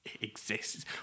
Exists